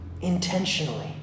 intentionally